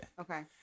Okay